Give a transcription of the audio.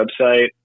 website